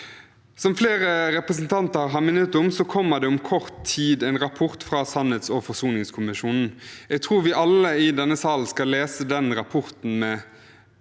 Som flere representanter har minnet om, kommer det om kort tid en rapport fra sannhets- og forsoningskommisjonen. Jeg tror vi alle i denne salen skal lese den rapporten med